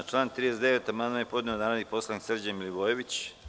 Na član 39. amandman je podneo narodni poslanik Srđan Milivojević.